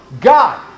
God